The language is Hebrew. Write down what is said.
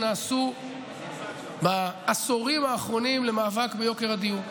שנעשו בעשורים האחרונים למאבק ביוקר הדיור,